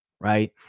right